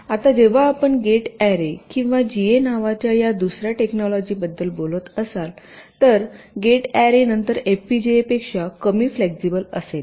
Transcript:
आता जेव्हा आपण गेट अॅरे किंवा जीए नावाच्या या दुसऱ्या टेक्नॉलॉजीबद्दल बोलत असाल तर गेट अॅरे नंतर एफपीजीए पेक्षा कमी फ्लेक्झिबल असेल